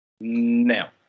Now